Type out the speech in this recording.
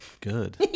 good